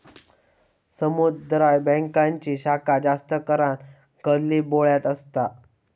समुदाय बॅन्कांची शाखा जास्त करान गल्लीबोळ्यात असता